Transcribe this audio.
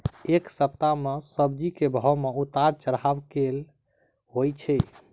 एक सप्ताह मे सब्जी केँ भाव मे उतार चढ़ाब केल होइ छै?